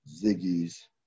Ziggy's